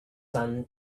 son